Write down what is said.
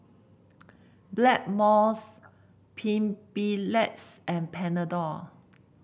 Blackmores and Panadol